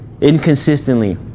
inconsistently